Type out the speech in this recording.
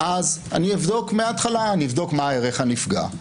ואז אני אבדוק מהתחלה: אני אבדוק מה הערך הנפגע,